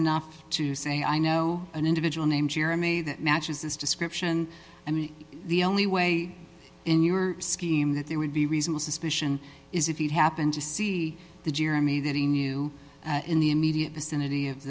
enough to say i know an individual named jeremy that matches this description and the only way in your scheme that there would be reason suspicion is if you happened to see the jeremy that he knew in the immediate vicinity of